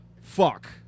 fuck